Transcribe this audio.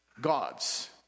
God's